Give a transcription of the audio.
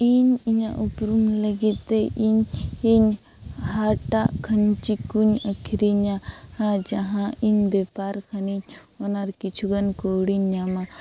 ᱤᱧ ᱤᱧᱟᱹᱜ ᱩᱯᱨᱩᱢ ᱞᱟᱹᱜᱤᱫ ᱛᱮ ᱤᱧ ᱤᱧ ᱦᱟᱴᱟᱜ ᱠᱷᱟᱧᱪᱤ ᱠᱚᱧ ᱟᱹᱠᱷᱨᱤᱧᱟ ᱡᱟᱦᱟᱸ ᱤᱧ ᱵᱮᱯᱟᱨ ᱠᱟᱹᱱᱟᱹᱧ ᱚᱱᱟ ᱟᱨ ᱠᱤᱪᱷᱩᱜᱟᱱ ᱠᱟᱹᱣᱰᱤᱧ ᱧᱟᱢᱟ